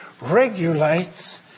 regulates